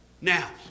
Now